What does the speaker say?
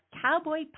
Cowboy